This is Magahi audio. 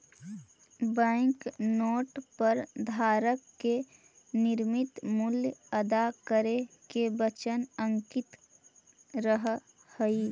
बैंक नोट पर धारक के निश्चित मूल्य अदा करे के वचन अंकित रहऽ हई